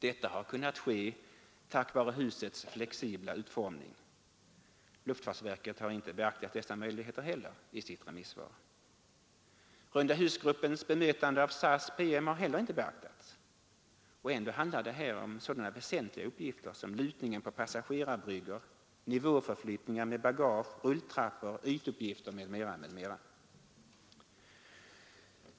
Detta har kunnat ske tack vare husets flexibla utformning. Luftfartsverket har inte beaktat dessa möjligheter heller i sitt remissvar. Rundahusgruppens bemötande av SAS:s PM har heller inte beaktats. Och ändå handlar det om sådana väsentliga uppgifter som lutningen på passagerarbryggor, nivåförflyttningar med bagage, rulltrappor, ytuppgifter m.m.m.m.